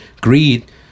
greed